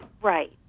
Right